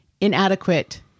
inadequate